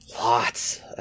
lots